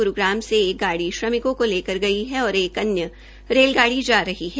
गुरूग्राम से एक गाड़ी श्रमिकों को लेकर गई है और एक अन्य रेलगाड़ी जा रही है